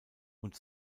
und